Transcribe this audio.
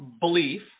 belief